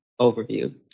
overview